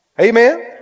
Amen